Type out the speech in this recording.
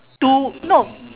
two no